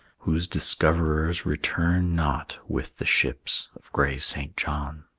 whose discoverers return not with the ships of gray st. john.